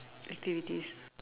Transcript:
activities